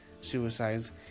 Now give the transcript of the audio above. suicides